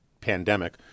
pandemic